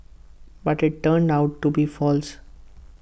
but IT turned out to be false